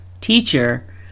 teacher